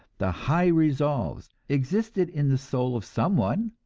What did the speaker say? the high resolves, existed in the soul of someone,